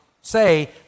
say